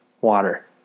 water